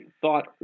thought